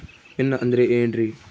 Pin ಅಂದ್ರೆ ಏನ್ರಿ?